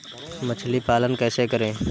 मछली पालन कैसे करें?